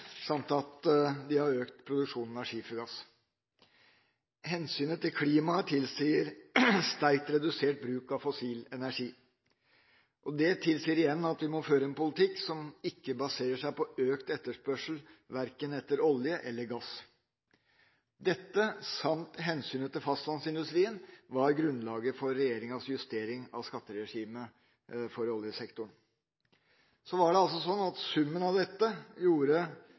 samt at de har økt produksjonen av skifergass. Hensynet til klimaet tilsier sterkt redusert bruk av fossil energi. Det tilsier igjen at vi må føre en politikk som ikke baserer seg på økt etterspørsel verken etter olje eller gass. Dette, samt hensynet til fastlandsindustrien, var grunnlaget for regjeringas justering av skatteregimet for oljesektoren. Summen av dette gjorde at